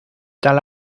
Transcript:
tal